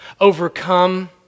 overcome